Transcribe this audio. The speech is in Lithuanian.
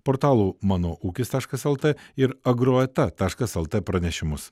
portalo mano ūkis taškas lt ir agroeta taškas lt pranešimus